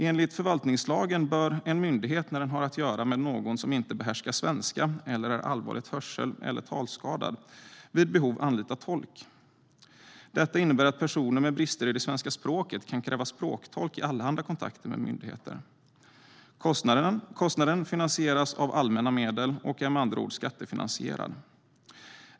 Enligt förvaltningslagen bör en myndighet när den har att göra med någon som inte behärskar svenska eller som är allvarligt hörsel eller talskadad vid behov anlita tolk. Detta innebär att personer med brister i det svenska språket kan kräva språktolk i allehanda kontakter med myndigheter. Kostnaden finansieras av allmänna medel, och detta är med andra ord skattefinansierat.